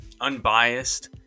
unbiased